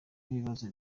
n’ibibazo